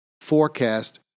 forecast